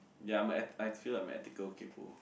ya I'm eth~ I feel like I'm ethical kaypoh